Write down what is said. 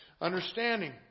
Understanding